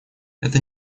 это